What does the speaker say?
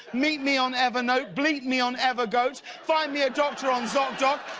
meet me on evernote bleat me on ever-goat, find me a doctor on zocdoc,